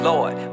Lord